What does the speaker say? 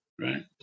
Right